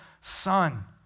son